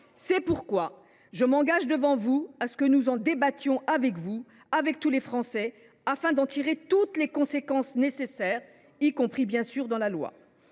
C’est pourquoi je m’engage ici à ce que nous en débattions avec vous, avec tous les Français, afin de tirer toutes les conséquences nécessaires, y compris, bien entendu, dans la loi.